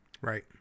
Right